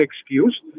excuse